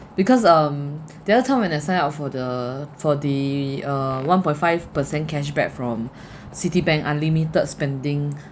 because um their term and the sign up for the for the uh one point five per cent cashback from Citibank unlimited spending